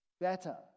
better